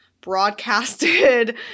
broadcasted